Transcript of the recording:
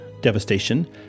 devastation